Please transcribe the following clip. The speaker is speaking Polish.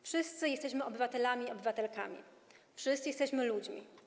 Wszyscy jesteśmy obywatelami i obywatelkami, wszyscy jesteśmy ludźmi.